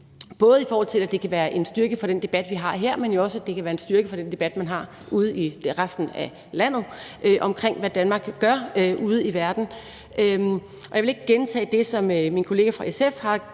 både i forhold til at det kan være en styrke for den debat, vi har her, men jo også at det kan være en styrke for den debat, man har ude i resten af landet, om, hvad Danmark gør ude i verden. Jeg vil ikke gentage det, som min kollega fra SF